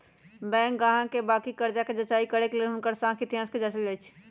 bank गाहक के बाकि कर्जा कें जचाई करे के लेल हुनकर साख इतिहास के जाचल जाइ छइ